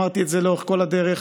אמרתי את זה לאורך כל הדרך,